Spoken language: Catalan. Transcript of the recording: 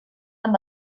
amb